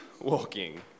walking